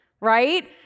right